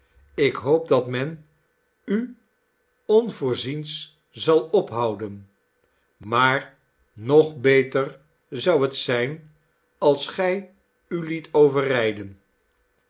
ik hoop dat men u onvoorziens zal ophouden maar nog beter zou het zijn als gij u liet